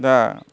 दा